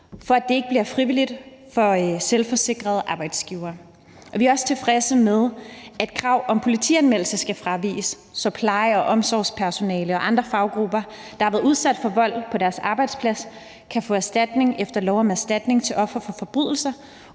for at det ikke bliver frivilligt for selvforsikrede arbejdsgivere. Og vi er også tilfredse med, at kravet om politianmeldelse skal fraviges, så pleje- og omsorgspersonale og andre faggrupper, der har været udsat for vold på deres arbejdsplads, kan få erstatning efter lov om erstatning til ofre for forbrydelser